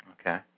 Okay